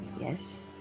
Yes